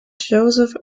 joseph